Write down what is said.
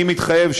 אני מתחייב,